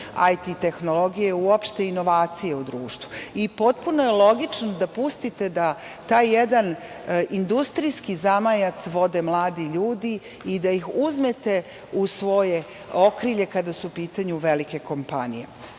IT tehnologije, uopšte inovacije u društvu. Potpuno je logično da pustite da taj jedan industrijski zamajac vode mladi ljudi i da ih uzmete u svoje okrilje kada su u pitanju velike kompanije. Kao